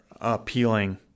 appealing